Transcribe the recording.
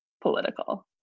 political